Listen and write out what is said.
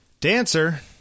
Dancer